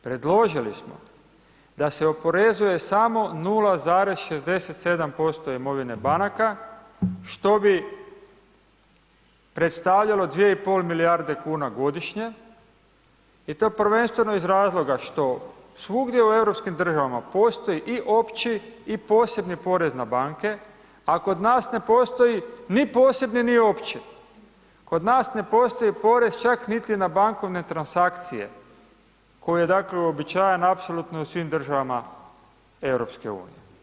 Predložili smo da se oporezuje samo 0,67% imovine banaka, što bi predstavljalo 2,5 milijarde kuna godišnje i to prvenstveno iz razloga što svugdje u europskim državama postoji i opći i posebni porez na banke, a kod nas ne postoji ni posebni, ni opći, kod nas ne postoji porez čak niti na bankovne transakcije, koje dakle, uobičajen apsolutno u svim državama EU.